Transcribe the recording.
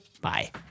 Bye